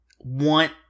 want